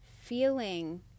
feeling